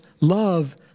love